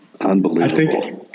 unbelievable